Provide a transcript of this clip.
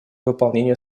выполнения